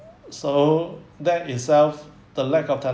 so that itself the lack of techno~